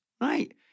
right